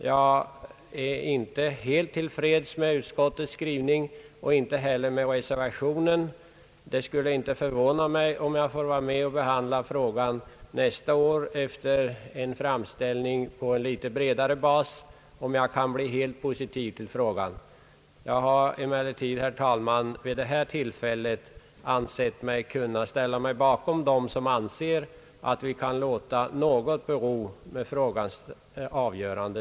Jag är inte helt till freds med utskottets skrivning och inte heller med reservationen. Det skulle inte förvåna mig — om jag får vara med och behandla frågan nästa år efter en framställning på litet bredare bas — om jag skulle bli helt positiv till frågan. Jag har emellertid, herr talman, vid detta tillfälle ansett mig kunna ställa mig bakom dem som anser att vi kan låta det bero något med frågans avgörande.